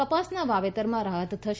કપાસના વાવેતરમાં રાહત થશે